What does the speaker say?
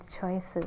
choices